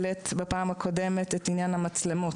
בפעם הקודמת דקלה העלתה את עניין המצלמות.